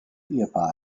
ehepaar